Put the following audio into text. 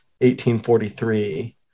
1843